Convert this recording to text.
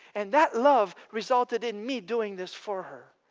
and that love resulted in me doing this for her.